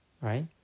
right